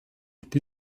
die